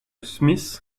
smith